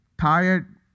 tired